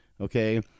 Okay